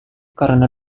karena